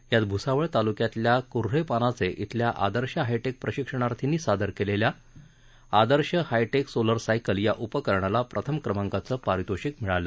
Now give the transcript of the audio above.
यात भूसावळ तालुक्यातल्या कुन्हे पानाचे ब्रिल्या आदर्श हाय टेकच्या प्रशिक्षणार्थींनी सादर केलेल्या Adarsh high tech solar cycle या उपकरणाला प्रथम क्रमांकाचं पारितोषिक मिळालं